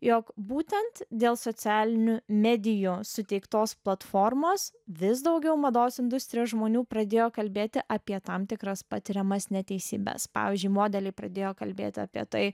jog būtent dėl socialinių medijų suteiktos platformos vis daugiau mados industrijos žmonių pradėjo kalbėti apie tam tikras patiriamas neteisybes pavyzdžiui modeliai pradėjo kalbėt apie tai